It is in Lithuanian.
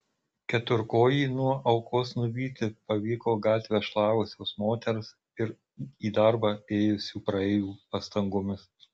keturkojį nuo aukos nuvyti pavyko gatvę šlavusios moters ir į darbą ėjusių praeivių pastangomis